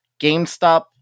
GameStop